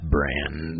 Brand